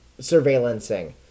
surveillancing